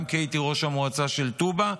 גם כי הייתי ראש המועצה של טובא,